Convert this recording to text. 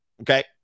okay